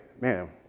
man